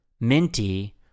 minty